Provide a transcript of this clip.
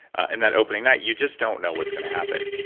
and that opening that you just don't know what's going to happen.